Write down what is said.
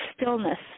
stillness